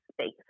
space